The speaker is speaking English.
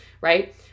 right